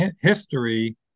history